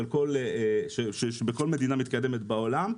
שיש בכל מדינה מתקדמת בעולם,